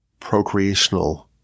procreational